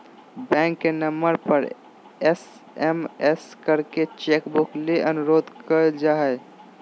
bank के नम्बर पर एस.एम.एस करके चेक बुक ले अनुरोध कर जा हय